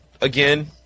again